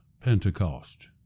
Pentecost